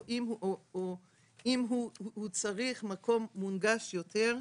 או אם הוא צריך מקום מונגש יותר,